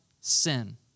sin